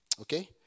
Okay